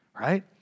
right